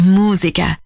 musica